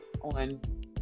on